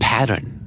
Pattern